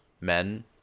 men